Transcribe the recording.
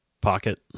pocket